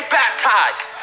baptized